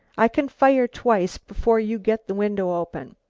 i can fire twice before you get the window open.